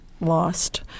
lost